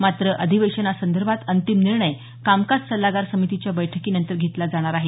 मात्र अधिवेशनासंदर्भात अंतिम निर्णय कामकाज सल्लागार समितीच्या बैठकीनंतर घेतला जाणार आहे